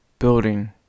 Building